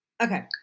okay